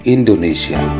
Indonesia